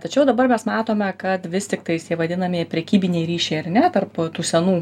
tačiau dabar mes matome kad vis tiktais tie vadinami prekybiniai ryšiai ar ne tarp tų senų